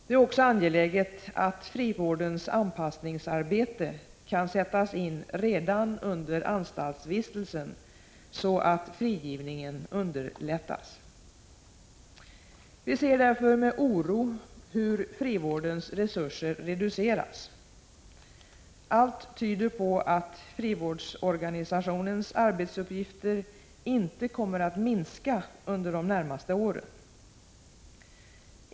Det är också angeläget att frivårdens anpassningsarbete kan sättas in redan under anstaltsvistelsen, så att frigivningen underlättas. Vi ser därför med oro hur frivårdens resurser reduceras. Allt tyder på att frivårdsorganisationens arbetsuppgifter inte kommer att minska under de närmaste åren.